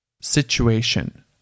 Situation